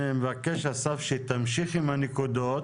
אני מבקש אסף, שתמשיך עם הנקודות.